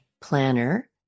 planner